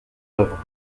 œuvres